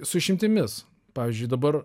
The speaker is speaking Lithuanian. su išimtimis pavyzdžiui dabar